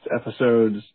episodes